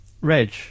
Reg